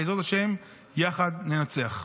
בעזרת השם, יחד ננצח.